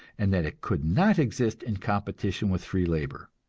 and that it could not exist in competition with free labor.